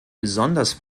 besonders